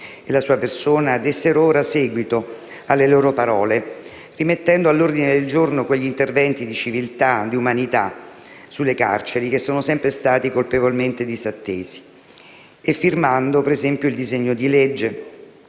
e la sua persona dessero ora seguito alle loro parole, rimettendo all'ordine del giorno quegli interventi di civiltà e umanità sulle carceri che sono stati sempre colpevolmente disattesi, firmando, per esempio, il disegno di legge